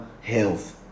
health